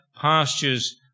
pastures